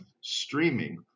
streaming